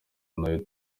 nayo